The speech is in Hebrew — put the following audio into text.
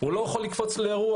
הוא לא יכול לקפוץ לאירוע.